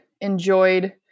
enjoyed